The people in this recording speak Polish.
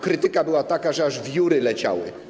Krytyka była taka, że aż wióry leciały.